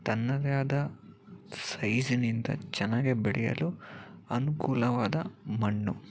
ತನ್ನದೇ ಆದ ಸೈಜಿನಿಂದ ಚೆನ್ನಾಗೇ ಬೆಳೆಯಲು ಅನುಕೂಲವಾದ ಮಣ್ಣು